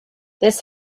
this